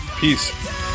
peace